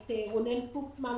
את רונן פוקסמן,